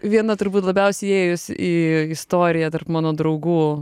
viena turbūt labiausiai įėjus į istoriją tarp mano draugų